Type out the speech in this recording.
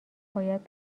باید